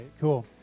cool